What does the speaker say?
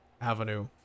avenue